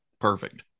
Perfect